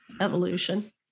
evolution